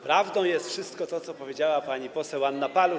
Prawdą jest wszystko to, co powiedziała pani poseł Anna Paluch.